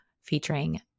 featuring